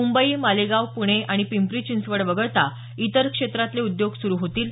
मुंबई मालेगाव पुणे आणि पिंपरी चिंचवड वगळता इतर क्षेत्रातले उद्योग सुरु होतील